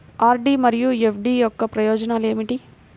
RD మరియు FD యొక్క ప్రయోజనాలు ఏమిటి?